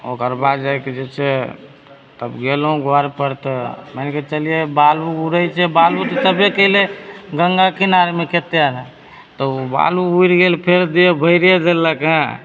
ओकर बाद जाइके जे छै तब गेलहुँ घर पर तऽ मानिके चलियौ बालू उड़ैत छै बालू तऽ छैबै कयलै गङ्गा किनारमे कतेक ने तऽ ओ बालू उड़ि गेल फेर देह भरि देलक हँ